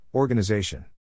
Organization